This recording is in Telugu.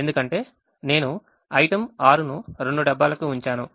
ఎందుకంటే నేను ఐటెమ్ 6 ను 2 డబ్బాలకు ఉంచాను